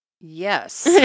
Yes